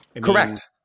Correct